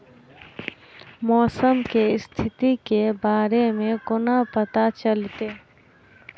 मौसम केँ स्थिति केँ बारे मे कोना पत्ता चलितै?